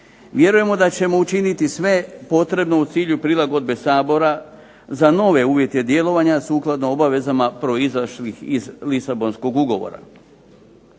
Vjerujemo da ćemo učiniti sve potrebno u cilju prilagodbe Sabora za nove uvjete djelovanja sukladno obavezama proizašlih iz Lisabonskog ugovora.